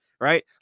Right